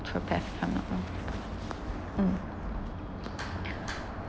naturopath if I'm not wrong mm